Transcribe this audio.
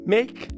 Make